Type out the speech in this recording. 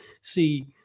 see